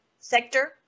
Sector